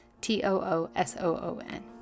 T-O-O-S-O-O-N